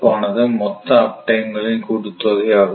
ஆனது மொத்த of time களின் கூட்டுத்தொகை ஆகும்